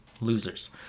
losers